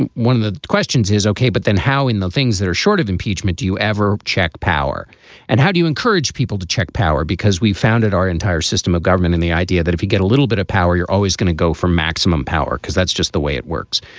and one of the questions is ok. but then how? in the things that are short of impeachment, do you ever check power and how do you encourage people to check power? because we founded our entire system of government and the idea that if you get a little bit of power, you're always gonna go for maximum power because that's just the way it works.